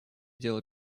дело